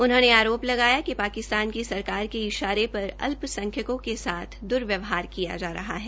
उन्होंने आरोप लगाया कि पाकिस्तान की सरकार के इशारे पर अल्प संख्यकों के साथ दुर्वयवहार किया जा रहा है